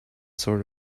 sort